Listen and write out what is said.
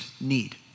need